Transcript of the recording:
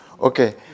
okay